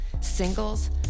singles